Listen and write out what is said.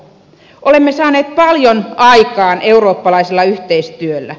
olemme saaneet paljon aikaan eurooppalaisella yhteistyöllä